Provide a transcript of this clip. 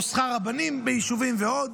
או שכר רבנים ביישובים ועוד,